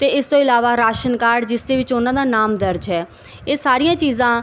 ਤੇ ਇਸ ਤੋਂ ਇਲਾਵਾ ਰਾਸ਼ਨ ਕਾਰਡ ਜਿਸ ਦੇ ਵਿੱਚ ਉਹਨਾਂ ਦਾ ਨਾਮ ਦਰਜ ਹੈ ਇਹ ਸਾਰੀਆਂ ਚੀਜ਼ਾਂ